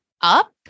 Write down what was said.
up